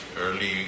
early